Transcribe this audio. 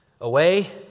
away